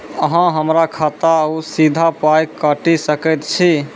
अहॉ हमरा खाता सअ सीधा पाय काटि सकैत छी?